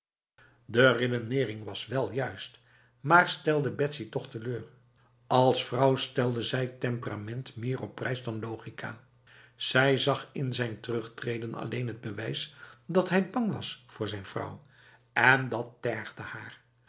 de redenering was wel juist maar stelde betsy toch teleur als vrouw stelde zij temperament meer op prijs dan logica zij zag in zijn terugtreden alleen het bewijs dat hij bang was voor zijn vrouw en dat tergde haar